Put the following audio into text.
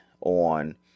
on